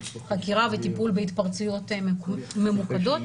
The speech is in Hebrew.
חקירה וטיפול בהתפרצויות ממוקדות.